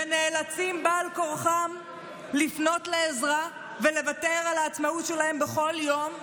ונאלצים בעל כורחם לפנות לעזרה ולוותר על העצמאות שלהם בכל יום,